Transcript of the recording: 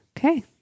Okay